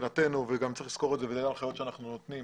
שמבחינתנו וגם צריך לזכור את זה ואלה ההנחיות שאנחנו נותנים